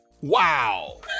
wow